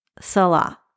Salah